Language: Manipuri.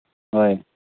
ꯍꯣꯏ